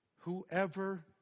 Whoever